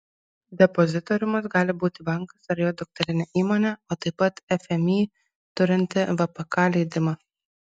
depozitoriumas gali būti bankas ar jo dukterinė įmonė o taip pat fmį turinti vpk leidimą